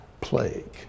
Plague